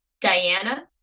Diana